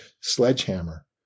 sledgehammer